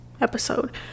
episode